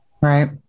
Right